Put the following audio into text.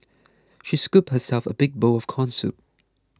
she scooped herself a big bowl of Corn Soup